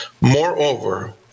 Moreover